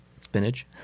Spinach